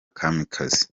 kamikazi